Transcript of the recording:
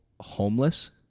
homeless